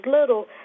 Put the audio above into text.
little